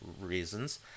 reasons